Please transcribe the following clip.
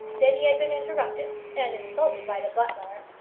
then he had been interrupted, and insulted by the butler,